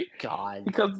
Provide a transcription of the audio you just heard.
God